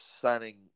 signing